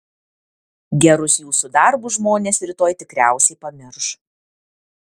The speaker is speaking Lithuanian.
gerus jūsų darbus žmonės rytoj tikriausiai pamirš